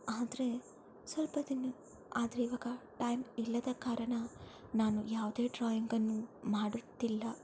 ಆದರೆ ಸ್ವಲ್ಪ ದಿನ ಆದರೆ ಇವಾಗ ಟೈಮ್ ಇಲ್ಲದ ಕಾರಣ ನಾನು ಯಾವುದೇ ಡ್ರಾಯಿಂಗನ್ನು ಮಾಡುತ್ತಿಲ್ಲ